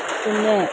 പിന്നെ